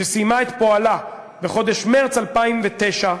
שסיימה את פועלה בחודש מרס 2009,